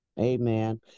Amen